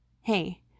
Hey